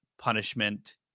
punishment